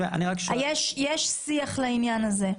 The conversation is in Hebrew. יש שיח בעניין הזה.